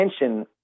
attention